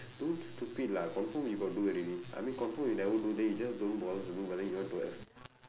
don't stupid lah confirm you got do already I mean confirm you never do then you just don't bother to do but then you want to extend like